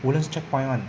woodlands checkpoint [one]